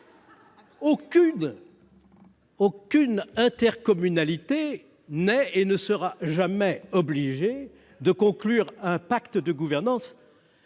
Aucune intercommunalité n'est et ne sera jamais obligée de conclure un pacte de gouvernance,